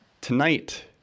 tonight